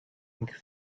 pink